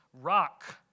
rock